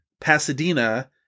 Pasadena